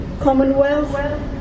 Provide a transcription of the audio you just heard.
commonwealth